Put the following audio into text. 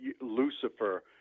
Lucifer